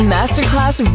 Masterclass